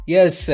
Yes